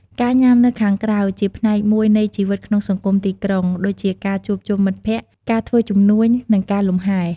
ការញ៉ាំនៅខាងក្រៅជាផ្នែកមួយនៃជីវិតក្នុងសង្គមទីក្រុង ដូចជាការជួបជុំមិត្តភ័ក្តិ ការធ្វើជំនួញ និងការលំហែ។